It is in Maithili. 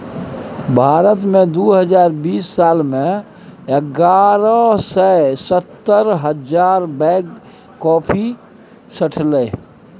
भारत मे दु हजार बीस साल मे एगारह सय सत्तर हजार बैग कॉफी सठलै